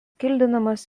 kildinamas